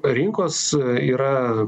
rinkos yra